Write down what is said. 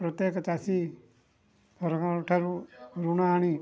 ପ୍ରତ୍ୟେକ ଚାଷୀ ସରକାରଙ୍କ ଠାରୁ ଋଣ ଆଣି